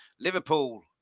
Liverpool